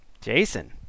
Jason